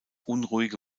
unruhige